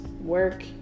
work